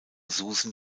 susan